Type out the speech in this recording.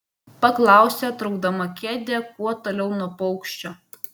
paklausė traukdama kėdę kuo toliau nuo paukščio